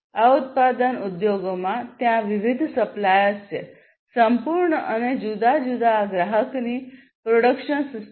આ ઉત્પાદન ઉદ્યોગોમાં ત્યાં વિવિધ સપ્લાયર્સ છે સંપૂર્ણ અને જુદા જુદા ગ્રાહકની પ્રોડક્શન સિસ્ટમ